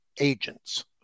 agents